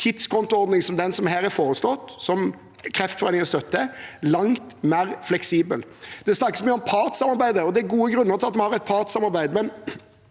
tidskontoordning som den som her er foreslått, og som Kreftforeningen støtter, langt mer fleksibel. Det snakkes mye om partssamarbeidet, og det er gode grunner til at vi har det, men